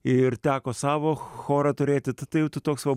ir teko savo chorą turėti tatai jau toks